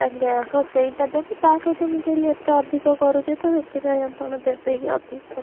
ଆଜ୍ଞା ହଁ ସେଇଟା ଦେବି ତା'ସହିତ ମୁଁ କହିଲି ଏତେ ଅଧିକ କରୁଛି ତ ସେଥିପାଇଁ ଆପଣ ଦେବେ କି ଅଧିକ